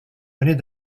venait